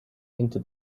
into